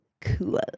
Cool